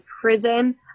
prison